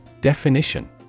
Definition